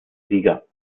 sieger